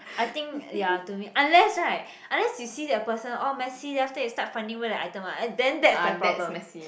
I think ya to me unless right unless you see the person oh messy then after that you start finding where the item ah then that's the problem